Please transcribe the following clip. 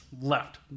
left